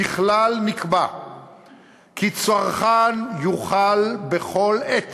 ככלל, נקבע כי צרכן יוכל בכל עת